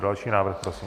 Další návrh prosím.